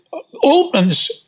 Altman's